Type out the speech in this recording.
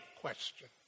question